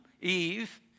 Eve